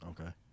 Okay